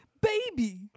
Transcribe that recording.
Baby